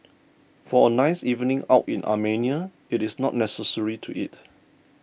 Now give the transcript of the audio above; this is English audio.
for a nice evening out in Armenia it is not necessary to eat